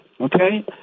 okay